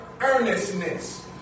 earnestness